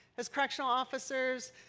as correctional officers.